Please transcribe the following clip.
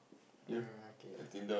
um okay